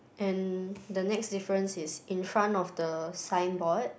and the next difference is in front of the signboard